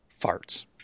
farts